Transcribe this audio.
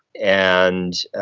and,